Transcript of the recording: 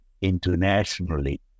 internationally